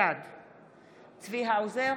בעד צבי האוזר,